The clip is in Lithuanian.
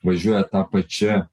važiuoja ta pačia